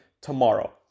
tomorrow